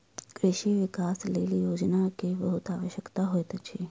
कृषि विकासक लेल योजना के बहुत आवश्यकता होइत अछि